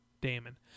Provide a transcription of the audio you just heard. Damon